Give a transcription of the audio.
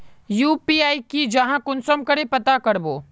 UPI की जाहा कुंसम करे पता करबो?